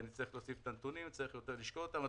כי אני אצטרך להוסיף את הנתונים ואצטרך יותר לשקול אותם.